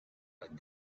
but